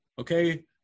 okay